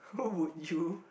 who would you